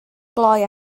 glou